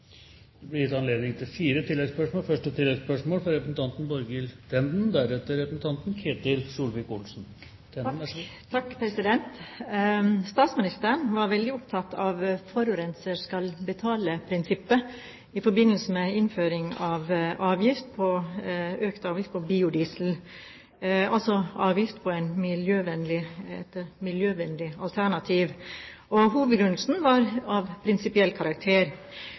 Det blir fire oppfølgingsspørsmål – først Borghild Tenden. Statsministeren var veldig opptatt av forurenser skal betale-prinsippet i forbindelse med innføring av økt avgift på biodiesel, altså avgift på et miljøvennlig alternativ. Hovedbegrunnelsen var av prinsipiell karakter.